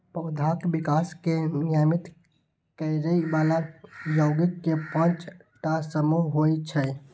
पौधाक विकास कें नियमित करै बला यौगिक के पांच टा समूह होइ छै